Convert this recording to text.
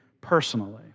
personally